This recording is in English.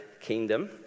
Kingdom